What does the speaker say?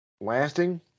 lasting